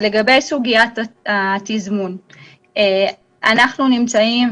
לגבי סוגיית התזמון - אנחנו נמצאים,